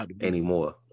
anymore